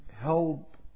help